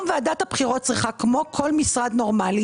היום ועדת הבחירות צריכה כמו כל משרד נורמלי,